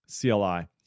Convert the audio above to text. CLI